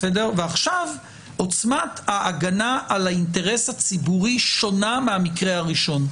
ועכשיו עוצמת ההגנה על האינטרס הציבורי שונה מהמקרה הראשון.